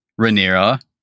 Rhaenyra